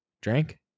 Drank